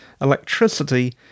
electricity